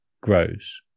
grows